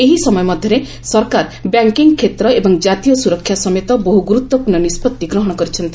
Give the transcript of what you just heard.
ଏହି ସମୟ ମଧ୍ୟରେ ସରକାର ବ୍ୟାଙ୍କିଙ୍ଗ୍ କ୍ଷେତ୍ର ଏବଂ ଜାତୀୟ ସୁରକ୍ଷା ସମେତ ବହୁ ଗୁରୁତ୍ୱପୂର୍ଣ୍ଣ ନିଷ୍କଭି ଗ୍ରହଣ କରିଛନ୍ତି